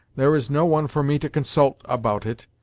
there is no one for me to consult about it,